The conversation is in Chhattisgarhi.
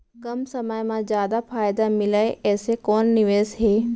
कम समय मा जादा फायदा मिलए ऐसे कोन निवेश हे?